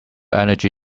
energy